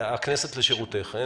הכנסת לשירותך.